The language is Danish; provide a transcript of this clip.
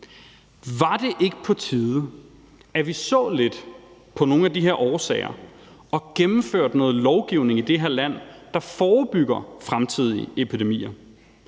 Var det ikke på tide, at vi så lidt på nogle af de her årsager og gennemførte noget lovgivning i det her land, der forebygger fremtidige epidemier?